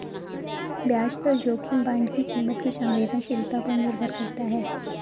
ब्याज दर जोखिम बांड की कीमत की संवेदनशीलता पर निर्भर करता है